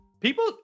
People